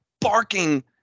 barking